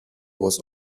was